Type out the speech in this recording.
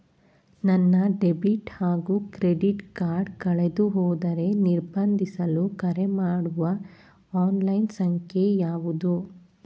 ನನ್ನ ಡೆಬಿಟ್ ಹಾಗೂ credit card ಕಳೆದುಹೋದರೆ ನಿರ್ಬಂಧಿಸಲು ಕರೆಮಾಡುವ ಆನ್ಲೈನ್ ಸಂಖ್ಯೆಯಾವುದು?